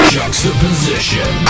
Juxtaposition